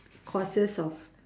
courses of